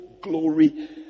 glory